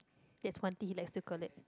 that's one thing he likes to collect